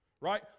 right